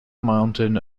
mountain